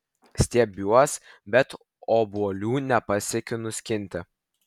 stiebiuos bet obuolių nepasiekiu nuskinti